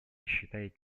считает